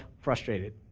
frustrated